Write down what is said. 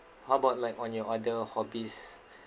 how about like on your other hobbies